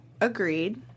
agreed